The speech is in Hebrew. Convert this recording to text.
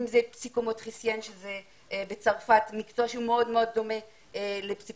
אם מקצוע בצרפת שהוא מאוד מאוד דומה לפסיכו-מוטוריקה,